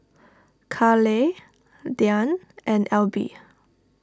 Carleigh Diann and Elby